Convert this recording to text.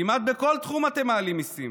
כמעט בכל תחום אתם מעלים מיסים: